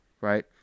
right